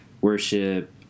worship